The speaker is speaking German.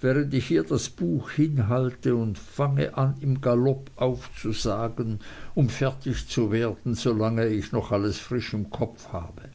während ich ihr das buch hinhalte und fange an im galopp aufzusagen um fertig zu werden so lange ich noch alles frisch im kopfe habe